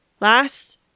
last